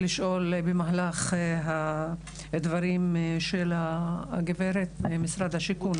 במהלך הדברים ניסיתי לשאול שאלה את גברת רות ממשרד השיכון.